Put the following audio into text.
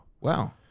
wow